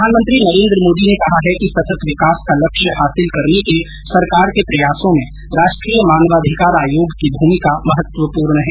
प्रधानमंत्री ने कहा है कि सतत विकास का लक्ष्य हासिल करने के सरकार के प्रयासों में राष्ट्रीय मानवाधिकार आयोग की भूमिका महत्वपूर्ण है